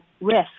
risk